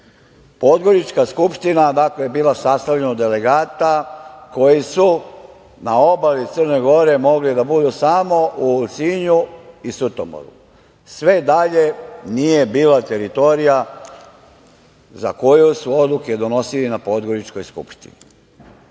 spora. Podgorička skupština dakle bila je sastavljena od delegata koji su na obali Crne Gore, mogli da budu samo u Ulcinju i Sutomoru. Sve dalje nije bila teritorija za koju su odluke donosili na Podgoričkoj skupštini.